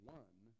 one